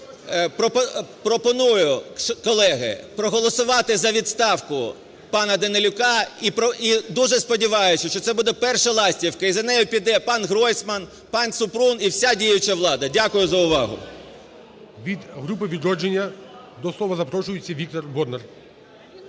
Пропоную, колеги, проголосувати за відставку пана Данилюка і дуже сподіваюся, що це буде перша ластівка і за нею піде пан Гройсман, пані Супрун і вся діюча влада. Дякую за увагу. ГОЛОВУЮЧИЙ. Від групи "Відродження" до слова запрошується Віктор Бондар.